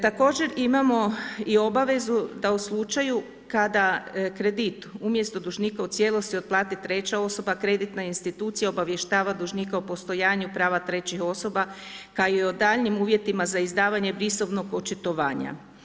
Također imamo i obavezu da u slučaju kada kredit umjesto dužnika u cijelosti otplati treća osoba, kreditna institucija obavještava dužnika o postojanju prava trećih osoba kao i o daljnjim uvjetima za izdavanje brisovnog očitovanja.